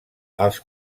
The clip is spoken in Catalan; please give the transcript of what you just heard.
els